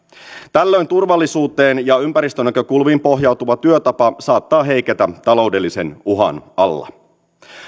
tällöin turvallisuuteen ja ympäristönäkökulmiin pohjautuva työtapa saattaa heiketä taloudellisen uhan alla